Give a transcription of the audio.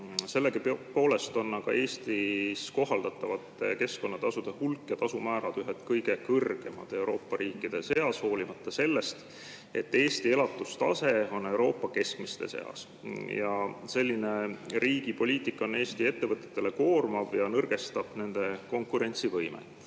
Sellegipoolest on Eestis kohaldatavate keskkonnatasude hulk ja tasumäärad ühed kõige kõrgemad Euroopa riikide seas, kuigi Eesti elatustase on Euroopa keskmiste seas. Selline riigi poliitika on Eesti ettevõtetele koormav ja nõrgestab nende konkurentsivõimet.